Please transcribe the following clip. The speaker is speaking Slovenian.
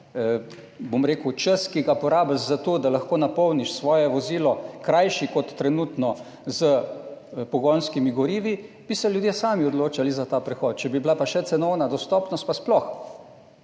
bom rekel, čas, ki ga porabiš za to, da lahko napolniš svoje vozilo, krajši kot trenutno s pogonskimi gorivi, bi se ljudje sami odločali za ta prehod, če bi bila pa še cenovna dostopnost, pa sploh.